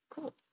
cool